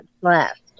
left